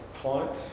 clients